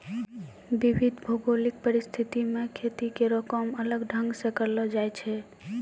विविध भौगोलिक परिस्थिति म खेती केरो काम अलग ढंग सें करलो जाय छै